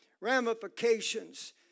ramifications